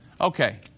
Okay